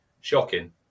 shocking